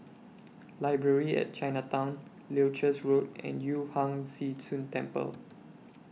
Library At Chinatown Leuchars Road and Yu Huang Zhi Zun Temple